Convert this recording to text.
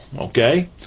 okay